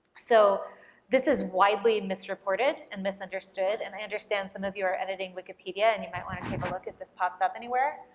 so this is widely misreported and misunderstood, and i understand some of you are editing wikipedia and you might want to take a look if this pops up anywhere,